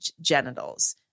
genitals